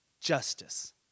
Justice